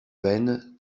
vaines